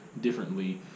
differently